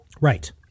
Right